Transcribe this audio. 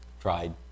tried